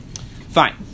Fine